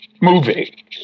movie